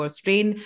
strain